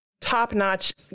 top-notch